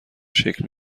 شکل